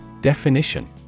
Definition